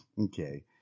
Okay